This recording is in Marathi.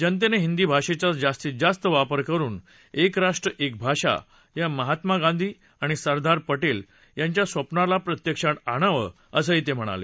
जनतेनं हिंदी भाषेचा जास्तीत जास्त वापर करुन एक राष्ट्र एक भाषा या महात्मा गांधी आणि सरदार पटेल यांच्या स्वप्नाला प्रत्यक्षात आणावं असंही ते म्हणाले